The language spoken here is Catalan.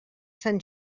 sant